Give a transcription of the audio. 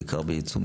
בעיקר בייצוא,